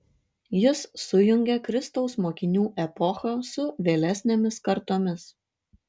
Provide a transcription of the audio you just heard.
jis sujungė kristaus mokinių epochą su vėlesnėmis kartomis